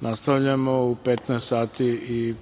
nastavljamo u 15.00